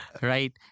Right